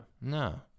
no